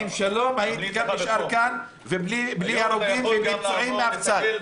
עם שלום הייתי גם נשאר כאן ובלי הרוגים ובלי פצועים מאף צד.